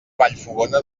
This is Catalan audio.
vallfogona